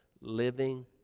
living